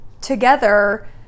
together